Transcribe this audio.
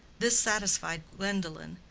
this satisfied gwendolen,